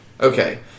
Okay